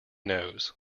knows